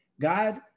god